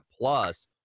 plus